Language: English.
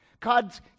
God's